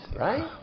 right